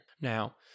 Now